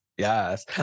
yes